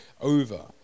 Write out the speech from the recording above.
over